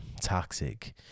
toxic